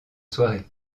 soirée